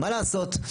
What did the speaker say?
מה לעשות?